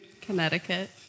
Connecticut